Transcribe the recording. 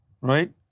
right